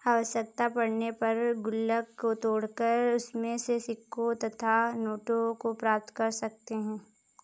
आवश्यकता पड़ने पर गुल्लक को तोड़कर उसमें से सिक्कों तथा नोटों को प्राप्त कर सकते हैं